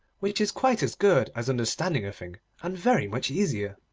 which is quite as good as understanding a thing, and very much easier.